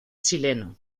chileno